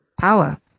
power